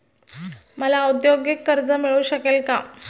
मला औद्योगिक कर्ज मिळू शकेल का?